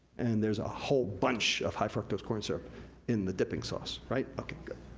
and there's a whole bunch of high fructose corn syrup in the dipping sauce, right? okay, good,